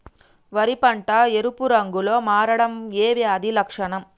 వరి పంట ఎరుపు రంగు లో కి మారడం ఏ వ్యాధి లక్షణం?